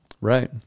Right